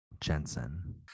Jensen